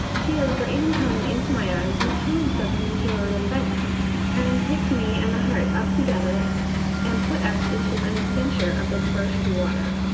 tears were even coming into my eyes when tom suddenly came over the fence and picked me and the heart up together and put us into an adventure of the first water.